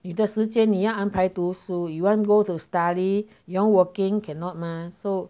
你的时间你要安排读书 you want go to study you want working cannot mah so